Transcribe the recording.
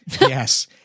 Yes